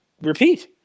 repeat